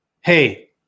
Hey